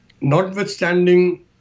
notwithstanding